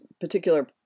particular